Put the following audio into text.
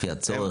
לפי הצורך?